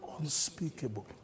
unspeakable